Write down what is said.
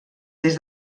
des